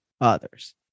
others